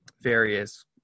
various